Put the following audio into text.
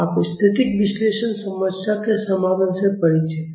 आप स्थैतिक विश्लेषण समस्याओं के समाधान से परिचित हैं